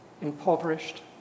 impoverished